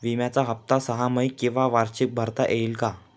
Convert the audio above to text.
विम्याचा हफ्ता सहामाही किंवा वार्षिक भरता येईल का?